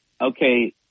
okay